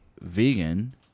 vegan